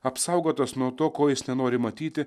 apsaugotas nuo to ko jis nenori matyti